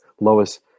Lois